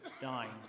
dying